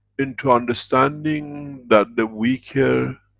into understanding that the weaker